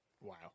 Wow